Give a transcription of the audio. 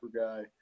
guy